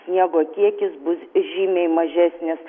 sniego kiekis bus žymiai mažesnis